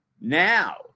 now